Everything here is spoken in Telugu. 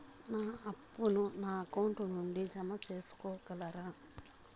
నా అప్పును నా అకౌంట్ నుండి జామ సేసుకోగలరా?